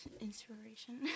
Inspiration